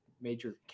major